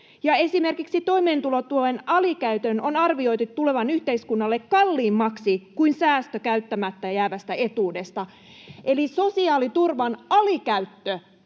esimerkiksi toimeentulotuen alikäytön on arvioitu tulevan yhteiskunnalle kalliimmaksi kuin säästön käyttämättä jäävästä etuudesta. Eli sosiaaliturvan alikäyttö